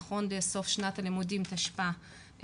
נכון לסוף שנת הלימודים תשפ"א,